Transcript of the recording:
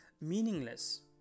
meaningless